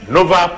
Nova